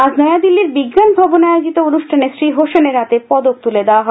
আজ নয়াদিল্লির বিজ্ঞান ভবনে আয়োজিত অনুষ্ঠানে শ্রী হোসেনের হাতে পদক তুলে দেওয়া হয়